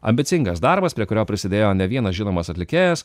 ambicingas darbas prie kurio prisidėjo ne vienas žinomas atlikėjas